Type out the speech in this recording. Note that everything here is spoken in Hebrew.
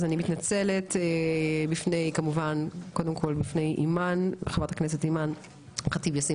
אז אני מתנצלת כמובן בפני חברת הכנסת אימאן ח'טיב יאסין,